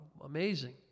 Amazing